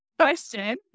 Question